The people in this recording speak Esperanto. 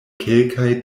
kelkaj